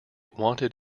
wanted